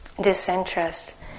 Disinterest